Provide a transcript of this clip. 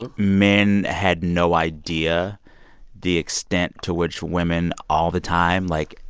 ah men had no idea the extent to which women all the time, like,